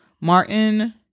Martin